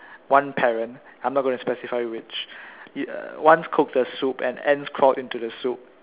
one parent I'm not going to specify which uh once cooked a soup and ants crawled into the soup